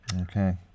Okay